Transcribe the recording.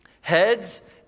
Heads